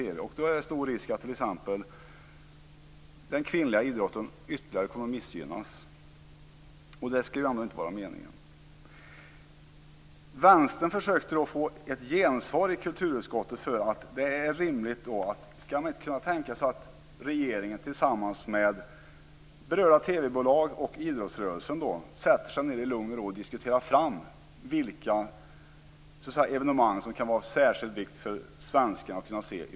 Då är det stor risk att t.ex. den kvinnliga idrotten ytterligare missgynnas, och det skall väl ändå inte vara meningen. Vänstern försökte att få ett gensvar i kulturutskottet för att regeringen tillsammans med berörda TV-bolag och idrottsrörelsen skulle sätta sig ned och diskutera i lugn och ro för att komma fram till vilka evenemang som är av särskild vikt för svenskarna att kunna se.